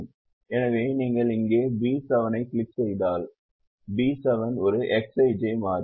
எனவே நீங்கள் இங்கே B7 ஐக் கிளிக் செய்தால் B7 ஒரு Xij மாறி